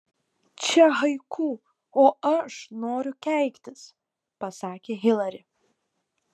čia haiku o aš noriu keiktis pasakė hilari